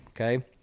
Okay